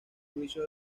juicio